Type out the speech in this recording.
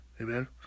Amen